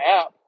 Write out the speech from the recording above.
app